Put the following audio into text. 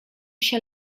się